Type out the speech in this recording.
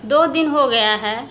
दो दिन हो गया है